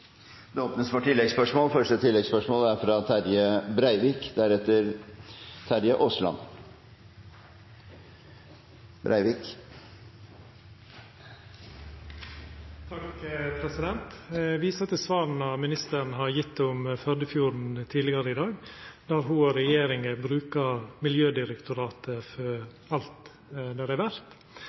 Terje Breivik. Eg viser til svara ministeren har gjeve om Førdefjorden tidlegare i dag, der ho og regjeringa brukar Miljødirektoratet for alt det er verdt. Men når det